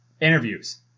interviews